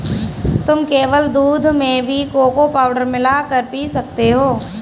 तुम केवल दूध में भी कोको पाउडर मिला कर पी सकते हो